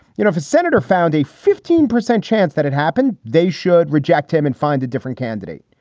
you know, if a senator found a fifteen percent chance that it happened, they should reject him and find a different candidate.